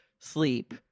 sleep